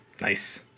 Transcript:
Nice